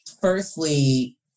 firstly